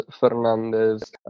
Fernandes